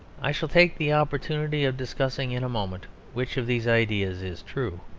i shall take the opportunity of discussing, in a moment, which of these ideas is true.